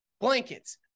blankets